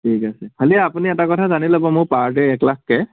ঠিক আছে খালী আপুনি এটা কথা জানি ল'ব মোৰ পাৰ ডে এক লাখ কে